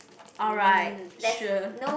alright sure